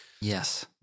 Yes